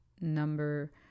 number